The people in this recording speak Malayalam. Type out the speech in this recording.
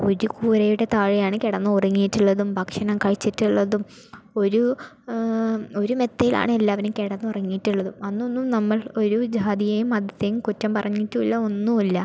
ഒരു കൂരയുടെ താഴെയാണ് കിടന്നുറങ്ങിയിട്ടുള്ളതും ഭക്ഷണം കഴിച്ചിട്ടുളളതും ഒരു ഒരു മെത്തയിലാണെല്ലാവരും കിടന്നുറങ്ങിട്ടുള്ളതും അന്നൊന്നും നമ്മൾ ഒരു ജാതിയെയും മതത്തെയും കുറ്റം പറഞ്ഞിട്ടുമില്ല ഒന്നുമില്ല